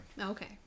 Okay